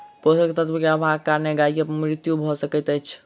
पोषक तत्व के अभावक कारणेँ गाय के मृत्यु भअ सकै छै